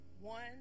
one